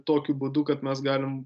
tokiu būdu kad mes galim